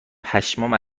پشمام